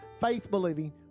faith-believing